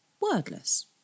wordless